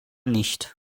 nicht